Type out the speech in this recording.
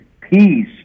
peace